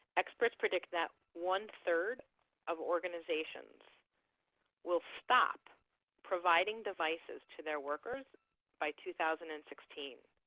experts predict that one third of organizations will stop providing devices to their workers by two thousand and sixteen.